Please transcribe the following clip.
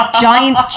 giant